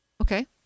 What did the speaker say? Okay